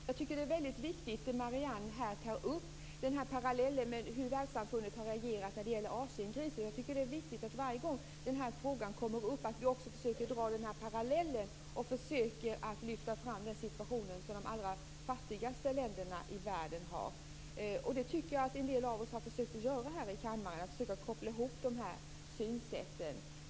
Fru talman! Det är viktigt, som Marianne Andersson tar upp, att dra parallellen till hur världssamfundet har reagerat när det gäller Asienkrisen. Det är viktigt att vi varje gång som frågan kommer upp försöker dra den parallellen och försöker lyfta fram situationen i de allra fattigaste länderna i världen. Jag tycker att en del av oss här i kammaren har försökt koppla ihop de här synsätten.